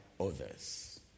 others